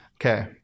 Okay